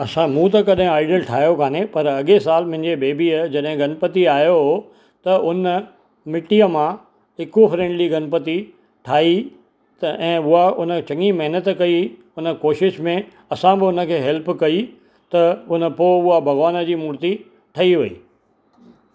असां मूं त कॾहिं आइडल ठाहियो कोन्हे पर अॻे सालु मुंहिंजे बेबीअ जॾहिं गनपति आहियो हुओ त उन मिट्टीअ मां इको फ्रेंडली गनपति ठाही त ऐं उहा उन चङी महिनतु कई हुन कोशिशि में असां बि उन खे हेल्प कई त उन पोइ उहा भॻवान जी मूर्ती ठही वई